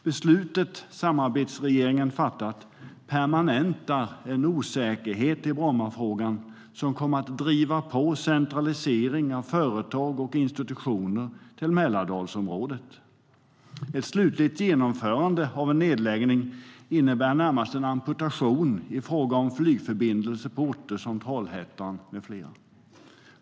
Beslutet samarbetsregeringen har fattat permanentar en osäkerhet i Brommafrågan som kommer att driva på centraliseringen av företag och institutioner till Mälardalsområdet. Ett slutligt genomförande av en nedläggning innebär närmast en amputation i fråga om flygförbindelser på orter som Trollhättan med flera.